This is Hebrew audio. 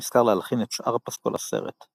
נשכר להלחין את שאר פסקול הסרט.